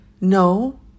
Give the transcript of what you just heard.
No